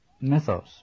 mythos